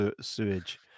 sewage